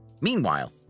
Meanwhile